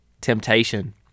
temptation